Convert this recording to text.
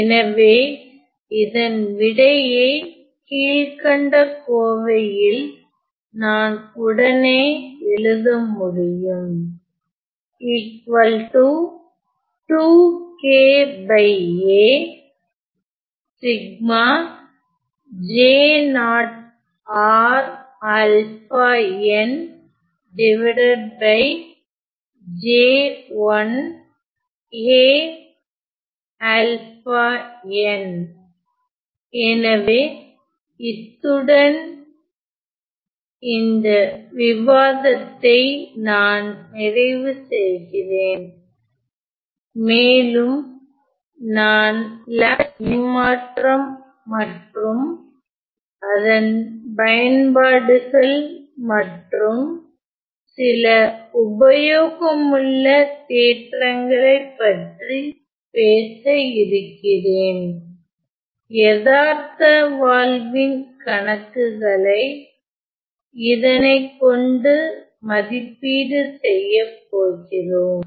எனவே இதன் விடையை கீழ்கண்ட கோவையில் நான் உடனே எழுத முடியும் எனவே இத்துடன் இந்த விவாதத்தை நான் நிறைவு செய்கிறேன் மேலும் நான் லாப்லாஸ் இணைமாற்றம் மற்றும் அதன் பயன்பாடுகள் மற்றும் சில உபயோகமுள்ள தேற்றங்களை பற்றி பேச இருக்கிறேன் யதார்த்த வாழ்வின் கணக்குகளை இதனைக் கொண்டு மதிப்பீடு செய்யப்போகிறோம்